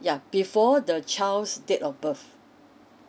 yeah before the child's date of birth